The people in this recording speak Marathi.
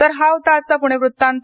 तर हा होता आजचा पुणे वृत्तांत